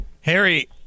Harry